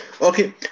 Okay